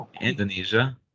Indonesia